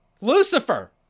Lucifer